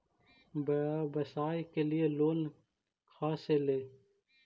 व्यवसाय के लिये लोन खा से ले?